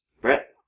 Brett